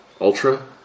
Ultra